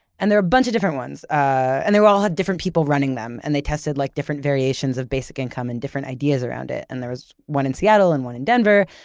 and they're a bunch of different ones. and they all had different people running them. and they tested like different variations of basic income, and different ideas around it. and there was one in seattle, and one in denver,